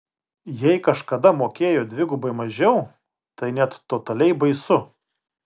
jei kažkada mokėjo dvigubai mažiau tai net totaliai baisu